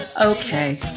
Okay